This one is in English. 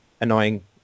annoying